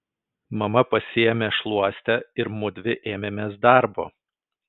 mama pasiėmė šluostę ir mudvi ėmėmės darbo